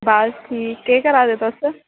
बस ठीक केह् करै दे तुस